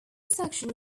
section